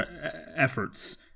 efforts